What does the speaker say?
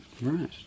Right